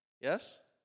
Yes